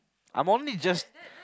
I'm only just